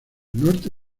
norte